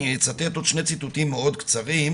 אני אצטט עוד שני ציטוטים מאוד קצרים.